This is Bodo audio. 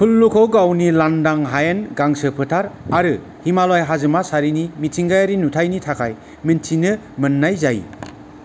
कुल्लूखौ गावनि लांदां हायेन गांसो फोथार आरो हिमालय हाजोमा सारिनि मिथिंगायारि नुथायनि थाखाय मिन्थिनो मोननाय जायो